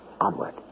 onward